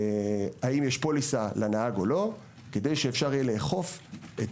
להאם יש פוליסה לנהג או לא כדי שאפשר יהיה לאכוף את